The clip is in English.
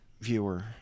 Viewer